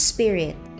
Spirit